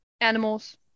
animals